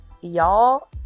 y'all